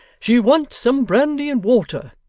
she wants some brandy and water!